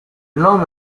nome